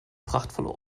prachtvolle